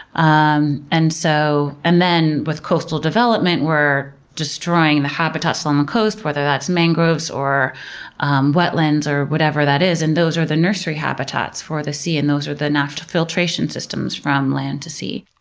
um and so and then with coastal development, we're destroying the habitats along the coast, whether that's mangroves or wetlands or whatever that is, and those are the nursery habitats for the sea and those are the natural filtration systems from land to sea.